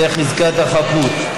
זה חזקת החפות.